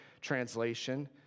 translation